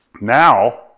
Now